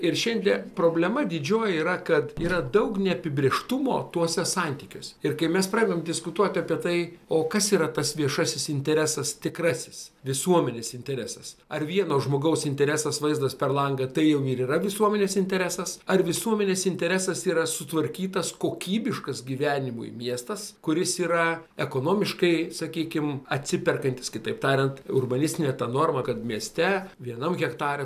ir šiandie problema didžioji yra kad yra daug neapibrėžtumo tuose santykiuose ir kai mes pradedam diskutuoti apie tai o kas yra tas viešasis interesas tikrasis visuomenės interesas ar vieno žmogaus interesas vaizdas per langą tai jam yra visuomenės interesas ar visuomenės interesas yra sutvarkytas kokybiškas gyvenimui miestas kuris yra ekonomiškai sakykim atsiperkantis kitaip tariant urbanistinė ta norma kad mieste vienam hektare